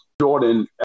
Jordan